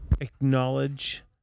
acknowledge